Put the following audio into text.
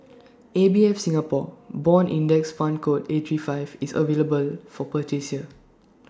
A B F Singapore Bond index fund code A three five is available for purchase here